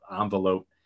envelope